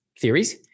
theories